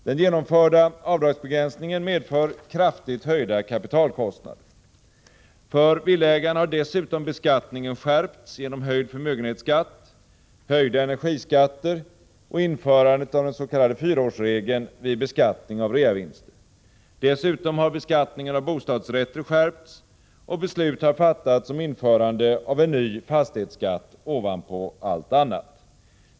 Den genomförda avdragsbegränsningen medför kraftigt höjda kapitalkostnader. För villaägarna har dessutom beskattningen skärpts genom höjd förmögenhetsskatt, höjda energiskatter och införandet av den s.k. fyraårsregeln vid beskattning av reavinster. Dessutom har beskattningen av bostadsrätter skärpts, och beslut har fattats om införande av en ny fastighetsskatt ovanpå allt annat.